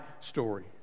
story